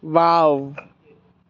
wow